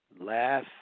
Laugh